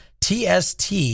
TST